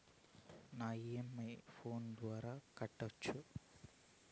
నా ఇ.ఎం.ఐ ను ఫోను ద్వారా కట్టొచ్చా?